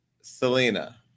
selena